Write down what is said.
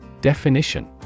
Definition